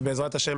ובעזרת השם